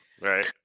Right